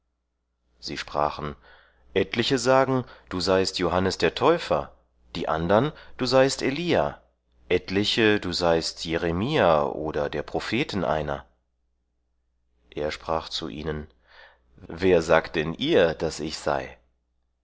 sie sprachen etliche sagen du seist johannes der täufer die andern du seist elia etliche du seist jeremia oder der propheten einer er sprach zu ihnen wer sagt denn ihr daß ich sei